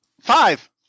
Five